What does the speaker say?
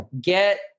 get